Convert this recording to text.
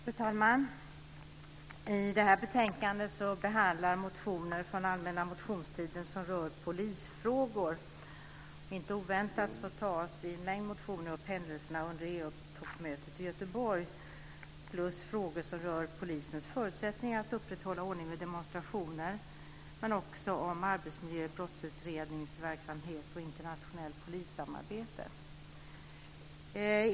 Fru talman! I detta betänkande behandlas motioner från allmänna motionstiden som rör polisfrågor. Inte oväntat tas i en mängd motioner upp händelserna under EU-toppmötet i Göteborg och frågor som rör polisens förutsättningar att upprätthålla ordningen vid demonstrationer. Man tar också upp arbetsmiljö, brottsutredningsverksamhet och internationellt polissamarbete.